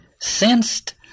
sensed